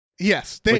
Yes